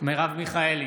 מרב מיכאלי,